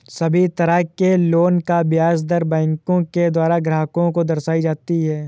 सभी तरह के लोन की ब्याज दर बैंकों के द्वारा ग्राहक को दर्शाई जाती हैं